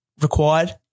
required